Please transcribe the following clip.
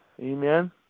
Amen